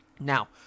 Now